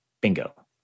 Bingo